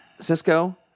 Cisco